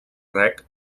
rec